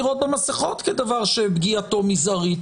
לראות במסכות דבר שפגיעתו מזערית.